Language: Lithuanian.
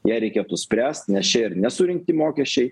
ją reikėtų spręst nes čia ir nesurinkti mokesčiai